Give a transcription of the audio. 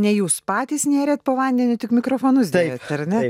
ne jūs patys nėrėt po vandeniu tik mikrofonus dėjot ar ne